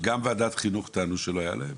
גם ועדת החינוך טענו שלא היה להם?